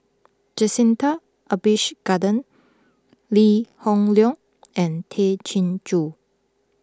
Jacintha Abisheganaden Lee Hoon Leong and Tay Chin Joo